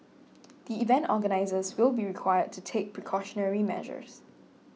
the event organisers will be required to take precautionary measures